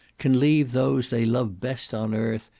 can leave those they love best on earth,